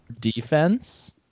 defense